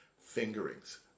fingerings